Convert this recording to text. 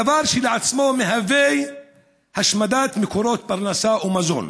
הדבר כשלעצמו מהווה השמדת מקורות פרנסה ומזון